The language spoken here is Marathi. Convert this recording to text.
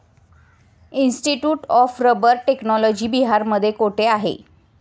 इन्स्टिट्यूट ऑफ रबर टेक्नॉलॉजी बिहारमध्ये कोठे आहे?